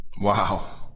Wow